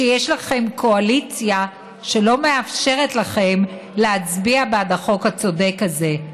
שיש לכם קואליציה שלא מאפשרת לכם להצביע בעד החוק הצודק הזה.